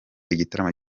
igitaramo